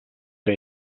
que